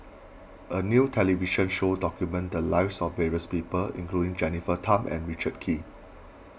a new television show documented the lives of various people including Jennifer Tham and Richard Kee